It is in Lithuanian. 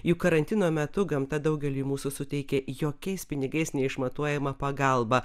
juk karantino metu gamta daugeliui mūsų suteikė jokiais pinigais neišmatuojamą pagalbą